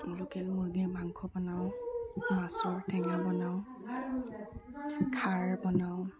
local মুৰ্গীৰ মাংস বনাওঁ মাছৰ টেঙা বনাওঁ খাৰ বনাওঁ